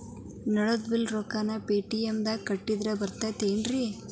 ನಳದ್ ಬಿಲ್ ರೊಕ್ಕನಾ ಪೇಟಿಎಂ ನಾಗ ಕಟ್ಟದ್ರೆ ಬರ್ತಾದೇನ್ರಿ?